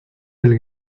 del